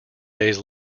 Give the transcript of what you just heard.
days